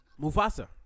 Mufasa